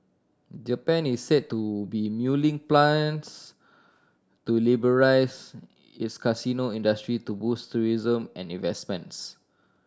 Japan is said to be mulling plans to liberalise its casino industry to boost tourism and investments